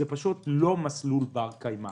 זה פשוט לא מסלול בר-קיימא.